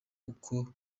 uko